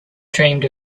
dreamed